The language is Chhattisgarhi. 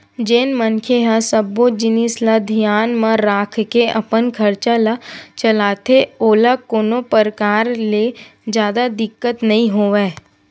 जेन मनखे ह सब्बो जिनिस ल धियान म राखके अपन खरचा ल चलाथे ओला कोनो परकार ले जादा दिक्कत नइ होवय